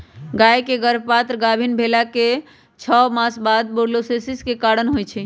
गाय के गर्भपात गाभिन् भेलाके छओ मास बाद बूर्सोलोसिस के कारण होइ छइ